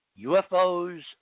UFOs